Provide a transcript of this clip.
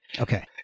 Okay